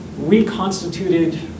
reconstituted